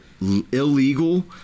illegal